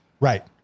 Right